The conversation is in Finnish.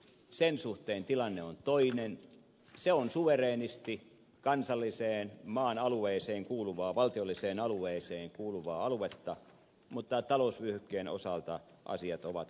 aluevesialueen suhteen tilanne on toinen se on suvereenisti kansalliseen maan alueeseen kuuluvaa valtiolliseen alueeseen kuuluvaa aluetta talousvyöhykkeen osalta asiat ovat siis toisin